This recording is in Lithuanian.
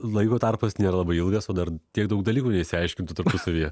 laiko tarpas nėra labai ilgas o dar tiek daug dalykų neišsiaiškintų tarpusavyje